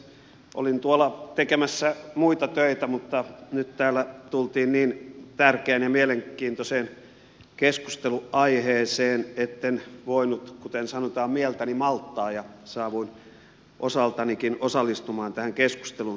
olin tuolla tekemässä muita töitä mutta nyt täällä tultiin niin tärkeään ja mielenkiintoiseen keskusteluaiheeseen etten voinut kuten sanotaan mieltäni malttaa ja saavuin osaltanikin osallistumaan tähän keskusteluun